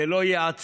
זה לא ייעצר.